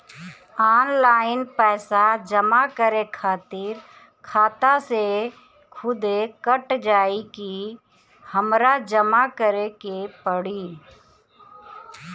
Online पैसा जमा करे खातिर खाता से खुदे कट जाई कि हमरा जमा करें के पड़ी?